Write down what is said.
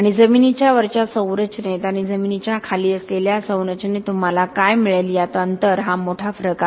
आणि जमिनीच्या वरच्या संरचनेत आणि जमिनीच्या खाली असलेल्या संरचनेत तुम्हाला काय मिळेल यात अंतर हा मोठा फरक आहे